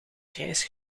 grijs